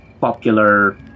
popular